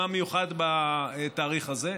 מה מיוחד בתאריך הזה,